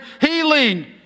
healing